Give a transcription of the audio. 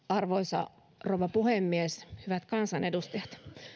arvoisa rouva puhemies hyvät kansanedustajat